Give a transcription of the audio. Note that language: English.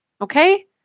okay